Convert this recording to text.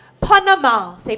Panama